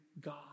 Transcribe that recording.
God